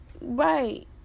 right